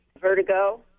vertigo